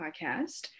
podcast